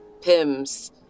Pims